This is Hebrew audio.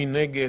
מי נגד?